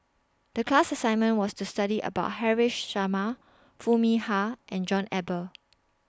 The class assignment was to study about Haresh Sharma Foo Mee Har and John Eber